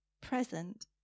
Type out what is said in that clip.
present